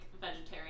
vegetarian